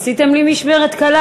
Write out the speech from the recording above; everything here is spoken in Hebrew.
(שותק) עשיתם לי משמרת קלה.